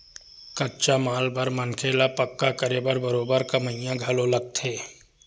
कच्चा माल बर मनखे ल पक्का करे बर बरोबर कमइया घलो लगथे